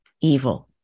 evil